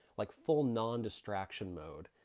like full, nondistraction mode.